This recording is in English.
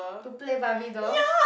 to play Barbie dolls